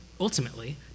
ultimately